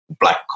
black